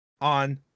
on